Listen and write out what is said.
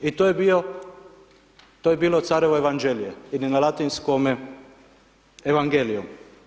I to je bilo carevo Evanđelje ili na latinskome Evangelium.